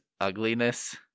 ugliness